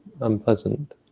unpleasant